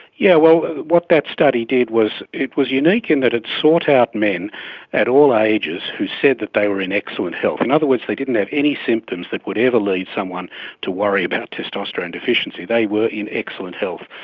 yeah what that study did was it was unique in that it sought out men at all ages who said that they were in excellent health. in other words, they didn't have any symptoms that would ever lead someone to worry about testosterone deficiency, they were in excellent health.